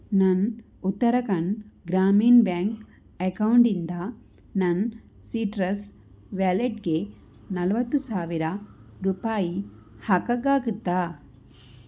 ನನ್ನ ಉತ್ತರಾಖಂಡ್ ಗ್ರಾಮೀಣ್ ಬ್ಯಾಂಕ್ ಅಕೌಂಟಿಂದ ನನ್ನ ಸೀಟ್ರಸ್ ವ್ಯಾಲೆಟ್ಗೆ ನಲವತ್ತು ಸಾವಿರ ರೂಪಾಯಿ ಹಾಕೋಕ್ಕಾಗತ್ತಾ